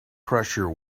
pressure